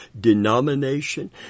denomination